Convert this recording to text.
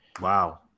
wow